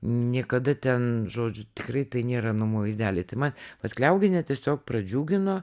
niekada ten žodžiu tikrai tai nėra namų vaizdeliai tai ma vat kliaugienė tiesiog pradžiugino